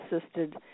assisted